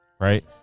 right